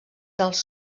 dels